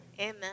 Amen